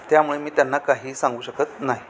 त्यामुळे मी त्यांना काही सांगू शकत नाही